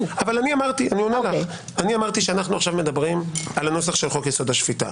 אבל אני אמרתי שאנחנו עכשיו מדברים על הנוסח של חוק-יסוד: השפיטה.